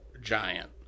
giant